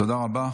תודה רבה.